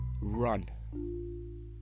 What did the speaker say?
run